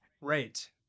right